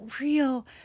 real